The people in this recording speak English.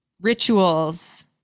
rituals